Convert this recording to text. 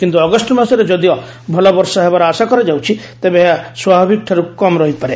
କିନ୍ତୁ ଅଗଷ୍ଟ ମାସରେ ଯଦିଓ ଭଲ ବର୍ଷା ହେବାର ଆଶା କରାଯାଉଛି ତେବେ ଏହା ସ୍ୱାଭାବିକଠାରୁ କମ୍ ରହିପାରେ